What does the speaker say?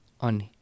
on